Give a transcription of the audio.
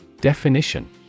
Definition